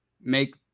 make